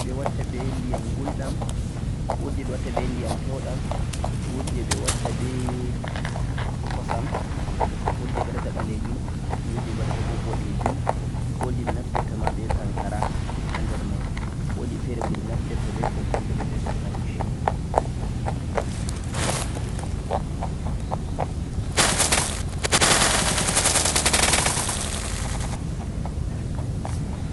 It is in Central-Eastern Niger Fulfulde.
coffee nii wodi je ɓe watta ɓe ndiyam gulɗam, wodi je ndiyam peuɗam, wodi je kosam, wodi ɓalejum wodiboo boɗejun, wodi je kankara